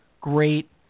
great